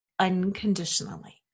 unconditionally